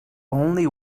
only